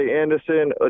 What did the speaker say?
Anderson